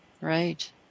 right